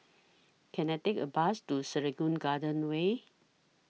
Can I Take A Bus to Serangoon Garden Way